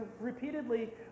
repeatedly